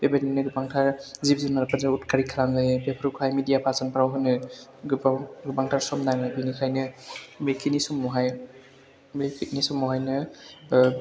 बेबायदिनो गोबांथार जिब जुनादजों उतखारि खालामजायो बेफोरखौहाय मिडिया पारसन फ्राव होनो गोबांथार सम नाङो बिनिखायनो बेखिनि समावहाय बेखिनि समावहायनो